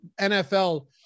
NFL